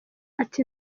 ati